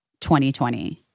2020